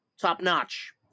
top-notch